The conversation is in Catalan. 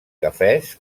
cafès